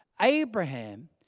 Abraham